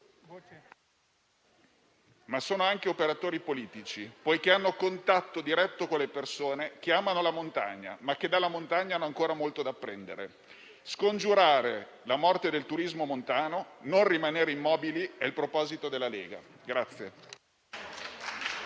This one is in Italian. sono anche operatori politici, poiché hanno contatto diretto con le persone che amano la montagna, ma che dalla montagna hanno ancora molto da prendere. Scongiurare la morte del turismo montano e non rimanere immobili è il proposito della Lega.